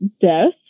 death